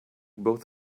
both